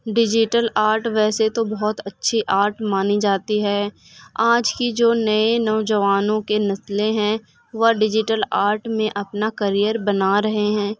digital art ویسے تو بہت اچھی آرٹ مانی جاتی ہے آج کی جو نئے نوجوانوں کے نسلیں ہیں وہ ڈجیٹل آرٹ میں اپنا کریر بنا رہے ہیں